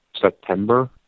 September